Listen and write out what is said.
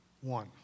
One